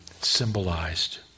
symbolized